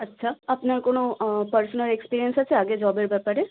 আচ্ছা আপনার কোনো পার্সোনাল এক্সপিরিয়েন্স আছে আগে জবের ব্যাপারে